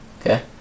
Okay